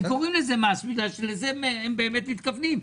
הם קוראים לזה מס בגלל שלזה הם באמת מתכוונים,